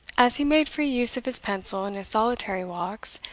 as he made free use of his pencil in his solitary walks,